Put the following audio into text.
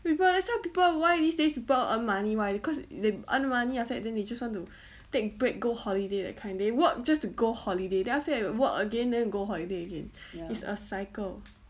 people that's why people why these days people earn money why cause they earn money after that then they just want to take break go holiday that kind they work just to go holiday then after that you work again then go holiday again it's a cycle